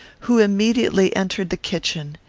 who immediately entered the kitchen.